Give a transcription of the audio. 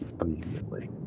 immediately